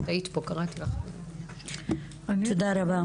תודה רבה.